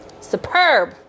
superb